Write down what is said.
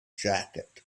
jacket